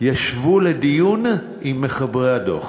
ישבו לדיון עם מחברי הדוח,